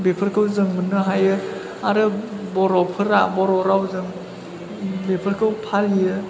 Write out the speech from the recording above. बेफोरखौ जों मोन्नो हायो आरो बर'फोरा बर' रावजों बेफोरखौ फालियो